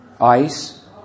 ice